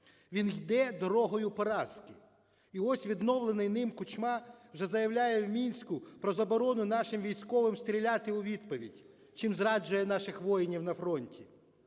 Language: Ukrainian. він йде дорогою поразки, і ось відновлений ним Кучма вже заявляє в Мінську про заборону нашим військовим стріляти у відповідь, чим зраджує наших воїнів на фронті.